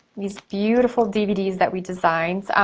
these beautiful dvds that we designed.